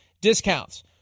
discounts